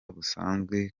busanzwe